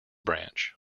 branch